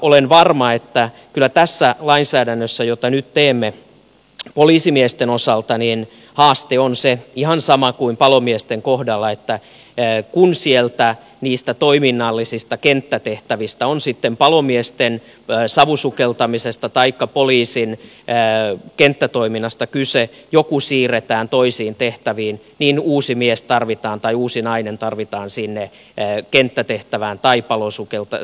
olen varma että kyllä tässä lainsäädännössä jota nyt teemme poliisimiesten osalta haaste on ihan sama kuin palomiesten kohdalla että kun sieltä niistä toiminnallisista kenttätehtävistä on kyse sitten palomiesten savusukeltamisesta taikka poliisin kenttätoiminnasta joku siirretään toisiin tehtäviin niin uusi mies tai uusi nainen tarvitaan sinne kenttätehtävään tai savusukeltajaksi